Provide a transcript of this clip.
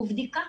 ובדיקה.